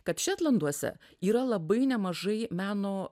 kad šetlanduose yra labai nemažai meno